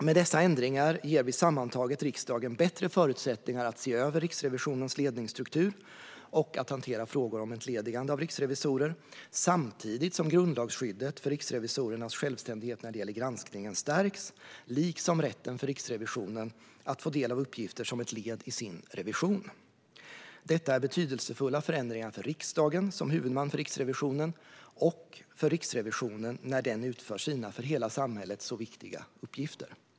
Med dessa ändringar ger vi sammantaget riksdagen bättre förutsättningar att se över Riksrevisionens ledningsstruktur och att hantera frågor om entledigande av riksrevisorer samtidigt som grundlagsskyddet för riksrevisorernas självständighet när det gäller granskningen stärks liksom rätten för Riksrevisionen att få del av uppgifter som ett led i sin revision. Detta är betydelsefulla förändringar för riksdagen som huvudman för Riksrevisionen och för Riksrevisionen när den utför sina för hela samhället så viktiga uppgifter.